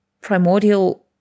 primordial